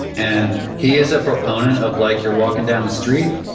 and he is a proponent of like you're walking down the street,